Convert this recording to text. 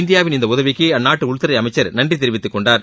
இந்தியாவின் இந்த உதவிக்கு அந்நாட்டு உள்துறை அமைச்சர் நன்றி தெரிவித்துக் கொண்டார்